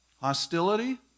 Hostility